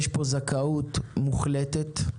יש פה זכאות מוחלטת,